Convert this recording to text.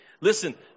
listen